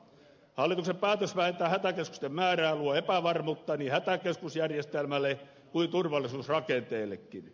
hallituksen päätös vähentää hätäkeskusten määrää luo epävarmuutta niin hätäkeskusjärjestelmälle kuin turvallisuusrakenteellekin